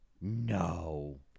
no